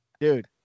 Dude